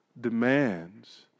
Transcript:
demands